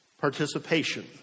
Participation